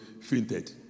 fainted